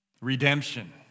redemption